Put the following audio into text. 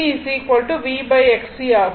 IC VXC ஆகும்